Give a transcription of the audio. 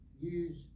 use